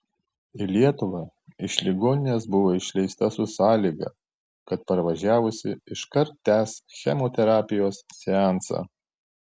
į lietuvą iš ligoninės buvo išleista su sąlyga kad parvažiavusi iškart tęs chemoterapijos seansą